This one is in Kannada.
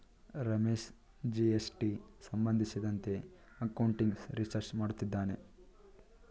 ರಮೇಶ ಜಿ.ಎಸ್.ಟಿ ಸಂಬಂಧಿಸಿದಂತೆ ಅಕೌಂಟಿಂಗ್ ರಿಸರ್ಚ್ ಮಾಡುತ್ತಿದ್ದಾನೆ